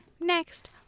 Next